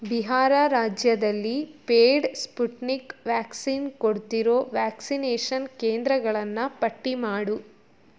ಬಿಹಾರ ರಾಜ್ಯದಲ್ಲಿ paid Sputnik vaccine ಕೊಡ್ತಿರೊ vaccination ಕೇಂದ್ರಗಳನ್ನು ಪಟ್ಟಿ ಮಾಡು